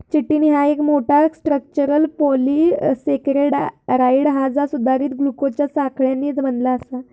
chitin ह्या एक मोठा, स्ट्रक्चरल पॉलिसेकेराइड हा जा सुधारित ग्लुकोजच्या साखळ्यांनी बनला आसा